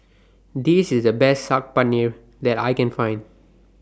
This IS The Best Saag Paneer that I Can Find